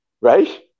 Right